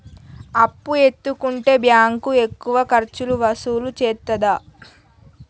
అప్పు ఎత్తుకుంటే బ్యాంకు ఎక్కువ ఖర్చులు వసూలు చేత్తదా?